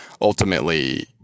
ultimately